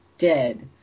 dead